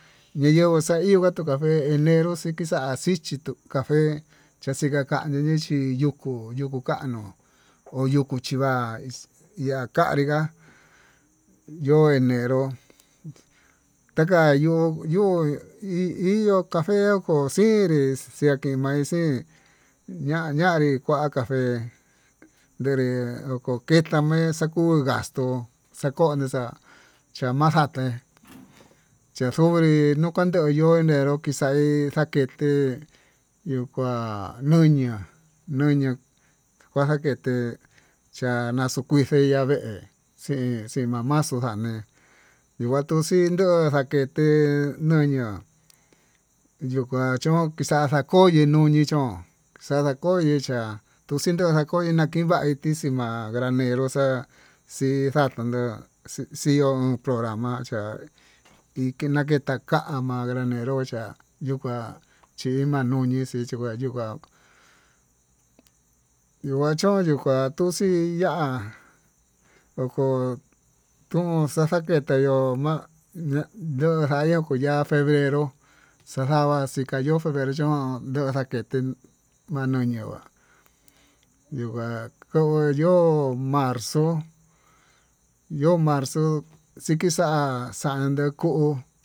Ñayenguó xa iho ta tuu café, enero xa'a xichitu café taxhiña kañii chi yukú yukú kono ho yukú chii va'a, iha kanrí ngá yo'ó enero taka yo'ó hi hiyo café oxinrí, exike ma'í xiin ña ñanrí kuá café ndere oko ketame'e xakuu gastó xakonde xa'a chamaxaté xaxovinrí nakuan yo'ó eneró kixaí xaketé yuu kuá nuu ñuá, ñaña kua xaketé cha'a naxakuixi nave'e xii ximamaxu ñane'e ikuanduxi no'o vakete noño nikuachún kixa'á axakoyi nuyi chón, xadakoyii chaá tuxii nana koi naxivai tii xii ma'a granenró xa'a xii xatun nruu xia programa ha ikite naketa kama'a, kanra nenró ya'a nuu kuá chín kua nuu ñii ndechikua chikuá yuu kua tonyii kuá tuu xii ya'á, oko tón taxakete yo'ó ma'a xae kuya febreró xaxava chika yo'ó febrero chan nduxa keté manuu yunguá, ndigua konguó yo'o marzo iho marzo xikixa'a xande ko'o.